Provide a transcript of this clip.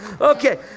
Okay